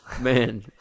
man